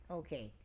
okay